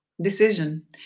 Decision